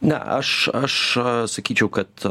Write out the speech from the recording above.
na aš aš sakyčiau kad